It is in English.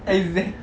exactly